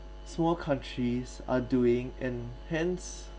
small countries are doing and hence